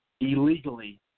illegally